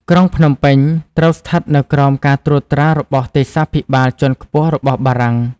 ក្រុងភ្នំពេញ ត្រូវស្ថិតនៅក្រោមការត្រួតត្រារបស់ទេសាភិបាលជាន់ខ្ពស់របស់បារាំង។